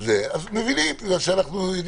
זה כמו מעבר